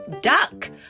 Duck